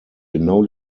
genau